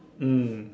mm